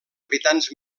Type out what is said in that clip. habitants